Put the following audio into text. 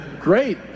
great